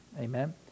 Amen